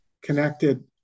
connected